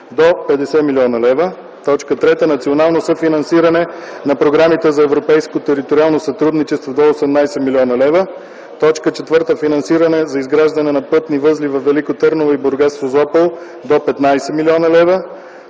до 50 млн. лв.; 3. Национално съфинансиране на програмите за европейското териториално сътрудничество: до 18 млн. лв.; 4. Финансиране за изграждане на пътни възли във Велико Търново и Бургас-Созопол: до 15 млн. лв.;